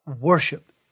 worship